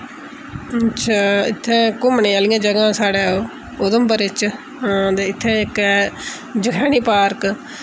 अच्छा इत्थै घुम्मने आह्लियां जगह्ं साढ़े उधमपुरे च हां ते इत्थै इक ऐ जखैनी पार्क